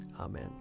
Amen